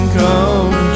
come